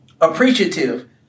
appreciative